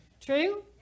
true